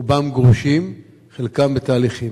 רובם גרושים, חלקם בתהליכים.